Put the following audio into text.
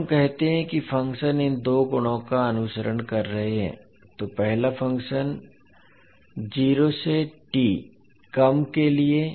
जब हम कहते हैं कि फ़ंक्शन इन 2 गुणों का अनुसरण कर रहे हैं तो पहला फ़ंक्शन 0 से t कम के लिए